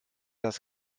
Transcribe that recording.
das